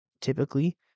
Typically